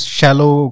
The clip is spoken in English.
shallow